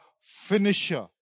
finisher